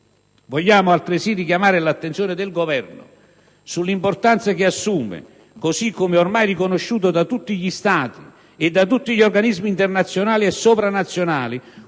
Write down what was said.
vogliamo altresì richiamare l'attenzione del Governo sull'importanza che assume - così come ormai riconosciuto da tutti gli Stati e da tutti gli organismi internazionali e sovranazionali